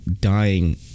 dying